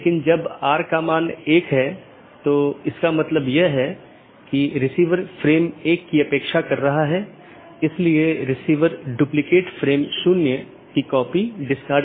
इसलिए इस पर प्रतिबंध हो सकता है कि प्रत्येक AS किस प्रकार का होना चाहिए जिसे आप ट्रैफ़िक को स्थानांतरित करने की अनुमति देते हैं